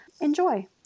enjoy